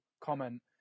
comment